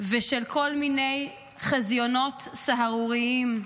ושל כל מיני חזיונות סהרוריים.